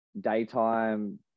daytime